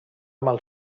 mal